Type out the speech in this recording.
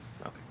Okay